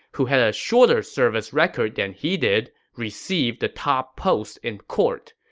who had a shorter service record than he did, received the top post in court.